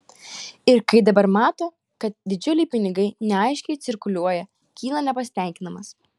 ir kai dabar mato kad didžiuliai pinigai neaiškiai cirkuliuoja kyla nepasitenkinimas